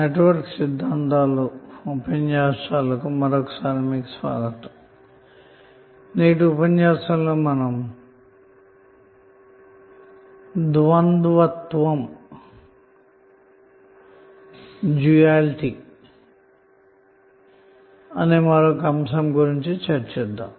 నమస్కారం నేటి ఉపన్యాసంలో మనం డ్యూయాలిటీ అనే మరో భావన గురించి చర్చిద్దాము